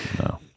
No